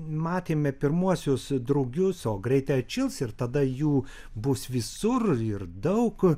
matėme pirmuosius drugius o greit atšils ir tada jų bus visur ir daug